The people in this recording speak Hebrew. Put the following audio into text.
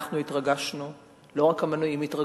אנחנו התרגשנו ולא רק המנויים התרגשו,